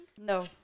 No